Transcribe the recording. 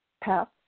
path